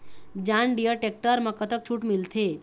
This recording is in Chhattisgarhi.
जॉन डिअर टेक्टर म कतक छूट मिलथे?